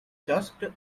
just